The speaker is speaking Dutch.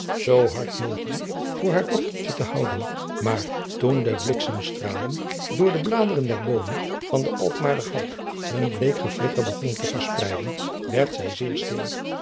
buisman hard mogelijk voor haar dochtertje te houden maar toen de bliksemstralen door de bladeren der boomen van den alkmaarder hout hun bleek geflikker begonnen te verspreiden werd zij zeer stil